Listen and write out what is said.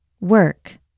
Work